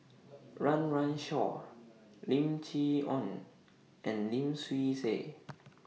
Run Run Shaw Lim Chee Onn and Lim Swee Say